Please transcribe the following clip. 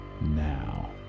Now